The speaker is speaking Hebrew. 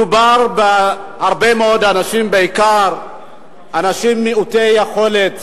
מדובר בהרבה מאוד אנשים, בעיקר אנשים מעוטי יכולת,